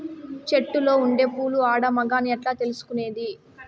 చెట్టులో ఉండే పూలు ఆడ, మగ అని ఎట్లా తెలుసుకునేది?